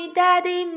daddy